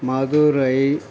Madurai